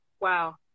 Wow